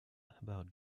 about